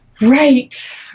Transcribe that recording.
Right